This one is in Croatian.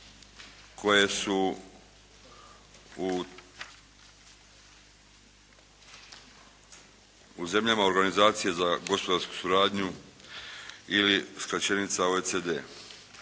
koje su organizacije za gospodarsku suradnju ili skraćenica OECD-e.